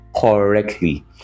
correctly